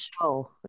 show